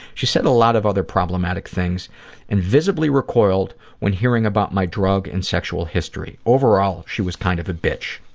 she said a lot of other problematic things and visibly recoiled when hearing about my drug and sexual history. overall, she was kind of a bitch.